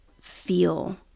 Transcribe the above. feel